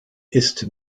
ist